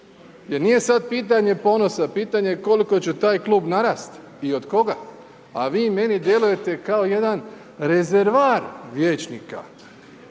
Jer nije sad pitanje ponosa, pitanje je koliko će taj klub narasti i od koga. A vi meni djelujete kao jedan rezervoar vijećnika